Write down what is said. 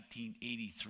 1983